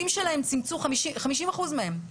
50% מהם,